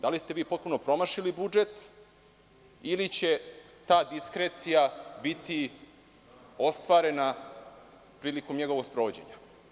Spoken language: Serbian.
Da li ste vi potpuno promašili budžet ili će ta diskrecija biti ostvarena prilikom njegovog sprovođenja?